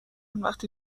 وقتی